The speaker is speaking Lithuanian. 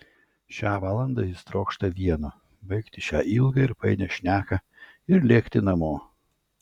šią valandą jis trokšta vieno baigti šią ilgą ir painią šneką ir lėkti namo